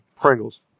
Pringles